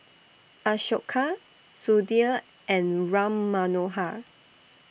Ashoka Sudhir and Ram Manohar